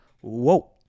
whoa